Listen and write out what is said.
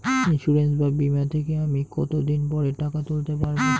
Insurance বা বিমা থেকে আমি কত দিন পরে টাকা তুলতে পারব?